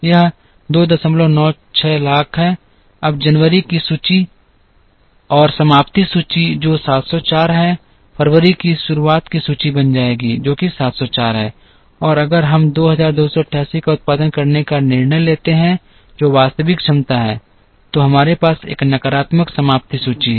यह 296 लाख है अब जनवरी की समाप्ति सूची जो 704 है फरवरी की शुरुआत की सूची बन जाएगी जो कि 704 है और अगर हम 2288 का उत्पादन करने का निर्णय लेते हैं जो वास्तविक क्षमता है तो हमारे पास एक नकारात्मक समाप्ति सूची है